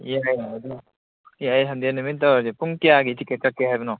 ꯏꯌꯥ ꯌꯥꯏꯗ ꯌꯥꯏ ꯁꯟꯗꯦ ꯅꯨꯃꯤꯠ ꯇꯧꯔꯗꯤ ꯄꯨꯡ ꯀꯌꯥꯒꯤ ꯇꯤꯀꯦꯠ ꯀꯛꯀꯦ ꯍꯥꯏꯕꯅꯣ